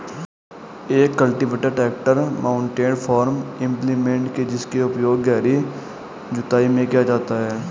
एक cultivator tractor mounted farm implement है जिसका उपयोग गहरी जुताई में किया जाता है